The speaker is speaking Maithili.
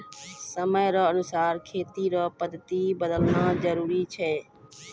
समय रो अनुसार खेती रो पद्धति बदलना जरुरी छै